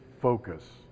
focus